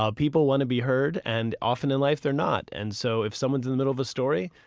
ah people want to be heard and often in life they are not. and so if someone is in the middle of a story,